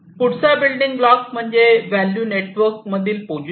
पुढचा building block म्हणजे value नेटवर्कमधील पोझिशन